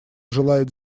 желает